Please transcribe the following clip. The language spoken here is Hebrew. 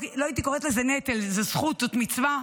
לא הייתי קוראת לזה נטל, זאת זכות, זאת מצווה.